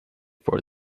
for